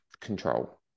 control